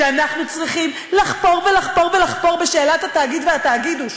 כשאנחנו צריכים לחפור ולחפור ולחפור בשאלת התאגיד והתאגידוש,